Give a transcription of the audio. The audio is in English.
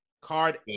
Card